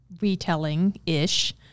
retelling-ish